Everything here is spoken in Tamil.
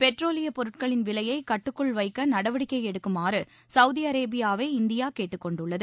பெட்ரோலியப் பொருட்களின் விலையை கட்டுக்குள் வைக்க நடவடிக்கை எடுக்குமாறு சவுதி அரேபியாவை இந்தியா கேட்டுக்கொண்டுள்ளது